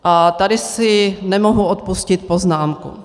A tady si nemohu odpustit poznámku.